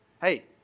Hey